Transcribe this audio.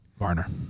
barner